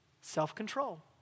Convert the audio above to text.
self-control